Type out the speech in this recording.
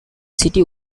city